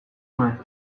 nuen